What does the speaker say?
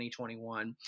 2021